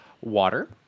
Water